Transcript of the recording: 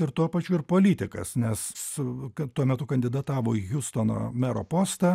ir tuo pačiu ir politikas nes kad tuo metu kandidatavo į hiustono mero postą